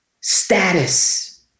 status